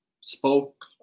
spoke